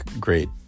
great